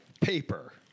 paper